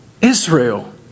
Israel